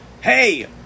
Hey